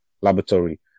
Laboratory